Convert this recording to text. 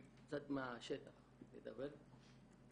אני קצת מהשטח אדבר.